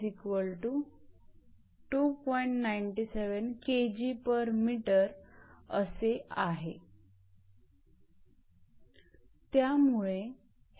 81𝐾𝑔𝑚 असे आहे